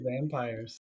vampires